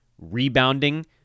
rebounding